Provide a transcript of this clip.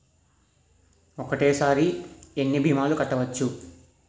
ఒక్కటేసరి ఎన్ని భీమాలు కట్టవచ్చు?